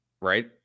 right